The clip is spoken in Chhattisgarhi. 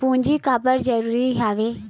पूंजी काबर जरूरी हवय?